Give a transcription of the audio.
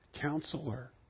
counselor